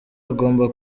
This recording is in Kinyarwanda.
bagomba